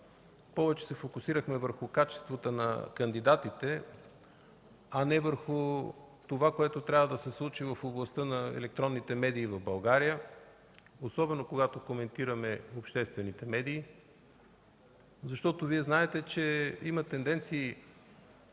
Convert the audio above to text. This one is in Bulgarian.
повече се фокусирахме върху качествата на кандидатите, а не върху това, което трябва да се случи в областта на електронните медии в България, особено когато коментираме обществените медии. Знаете, че има тенденции,